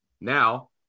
Now